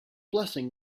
blessing